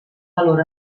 valor